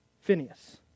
Phineas